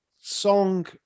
song